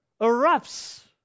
erupts